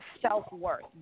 self-worth